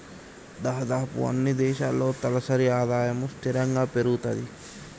దాదాపుగా అన్నీ దేశాల్లో తలసరి ఆదాయము స్థిరంగా పెరుగుతది